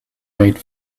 made